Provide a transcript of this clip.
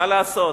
מה לעשות?